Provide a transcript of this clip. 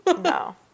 no